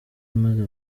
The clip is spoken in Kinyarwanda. imaze